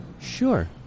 Sure